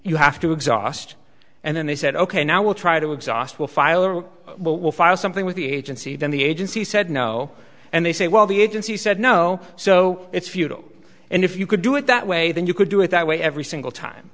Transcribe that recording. you have to exhaust and then they said ok now we'll try to exhaust we'll file a well we'll file something with the agency then the agency said no and they say well the agency said no so it's futile and if you could do it that way then you could do it that way every single time